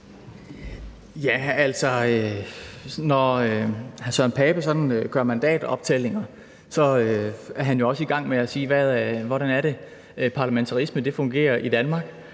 (S): Når hr. Søren Pape Poulsen sådan gør mandatoptællinger, er han jo også i gang med at sige, hvordan det er, parlamentarisme fungerer i Danmark.